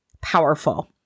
powerful